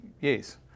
yes